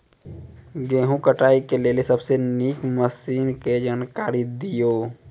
गेहूँ कटाई के लेल सबसे नीक मसीनऽक जानकारी दियो?